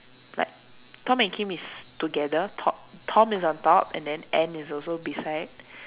like Tom and Kim is together top Tom is on top and then Anne is also beside